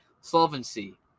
Solvency